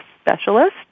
specialist